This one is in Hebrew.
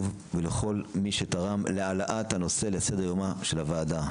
ולכל מיש תרם להעלאת הנושא לסדר יומה של הוועדה.